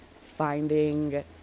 Finding